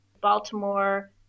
Baltimore